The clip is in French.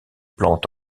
plante